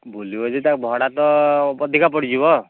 ବୁଲିବ ଯଦି ଭଡ଼ା ତ ଅଧିକା ପଡ଼ିଯିବ